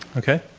okay.